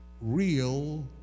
real